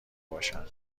باشن